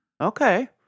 Okay